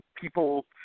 people